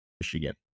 Michigan